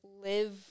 live